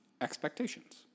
expectations